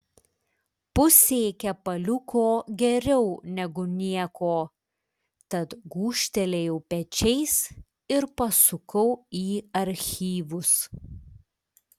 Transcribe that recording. pusė kepaliuko geriau negu nieko tad gūžtelėjau pečiais ir pasukau į archyvus